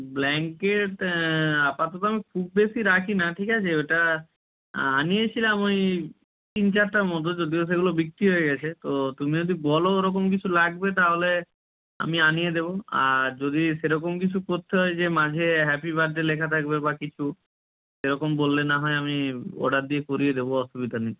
blanket আপাতত আমি খুব বেশি রাখি না ঠিক আছে ওটা আনিয়েছিলাম ওই তিন চারটে মতো যদিও সেগুলো বিক্রি হয়ে গেছে তো তুমি যদি বলো ওরকম কিছু লাগবে তাহলে আমি আনিয়ে দেবো আর যদি সে রকম কিছু করতে হয় যে মাঝে হ্যাপি বার্থডে লেখা থাকবে বা কিছু সেরকম বললে না হয় আমি অর্ডার দিয়ে করিয়ে দেবো অসুবিধা নেই